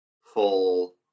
full